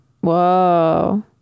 Whoa